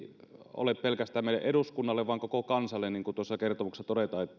ole pelkästään meille eduskunnalle vaan koko kansalle niin kuin tuossa kertomuksessa todetaan